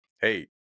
Hey